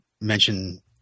mention